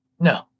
No